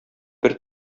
бер